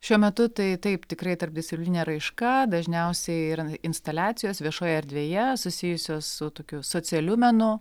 šiuo metu tai taip tikrai tarpdisciplinė raiška dažniausiai yra instaliacijos viešoj erdvėje susijusios su tokiu socialiu menu